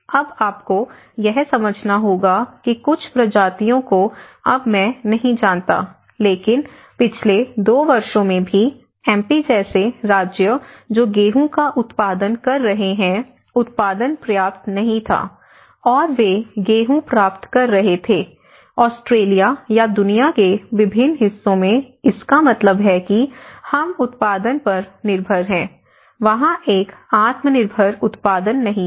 अब आपको यह समझना होगा कि कुछ प्रजातियों को अब मैं नहीं जानता लेकिन पिछले 2 वर्षों में भी एमपी जैसे राज्य जो गेहूं का उत्पादन कर रहे हैं उत्पादन पर्याप्त नहीं था और वे गेहूं प्राप्त कर रहे थे ऑस्ट्रेलिया या दुनिया के विभिन्न हिस्सों में इसका मतलब है कि हम उत्पादन पर निर्भर हैं वहाँ एक आत्मनिर्भर उत्पादन नहीं है